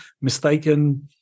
mistaken